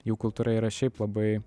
jų kultūra yra šiaip labai